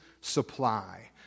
supply